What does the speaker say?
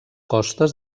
costes